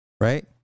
Right